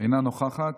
אינה נוכחת,